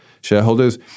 shareholders